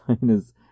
China's